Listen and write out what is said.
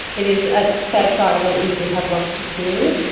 it is. a sad side of it is we have lost a few,